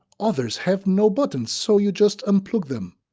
others have no buttons so you just unplug them.